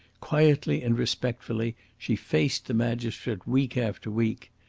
quietly and respectfully she faced the magistrate week after week.